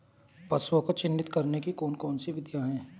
पशुओं को चिन्हित करने की कौन कौन सी विधियां हैं?